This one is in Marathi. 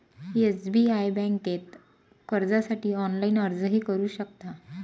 एस.बी.आय बँकेत कर्जासाठी ऑनलाइन अर्जही करू शकता